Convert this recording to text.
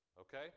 okay